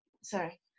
sorry